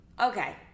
Okay